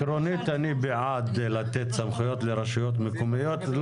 עקרונית אני בעד לתת סמכויות לרשויות מקומיות,